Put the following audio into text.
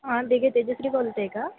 हां दिघे तेजश्री बोलत आहे का